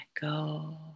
go